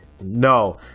No